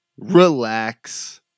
relax